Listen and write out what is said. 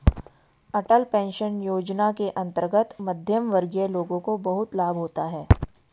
अटल pension योजना के अंतर्गत मध्यमवर्गीय लोगों को बहुत लाभ होता है